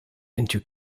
into